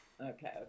okay